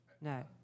No